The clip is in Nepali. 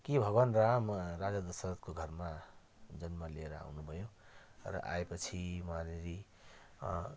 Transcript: कि भगवान राम राजा दशरथको घरमा जन्म लिएर आउनुभयो र आएपछि वहाँनेरि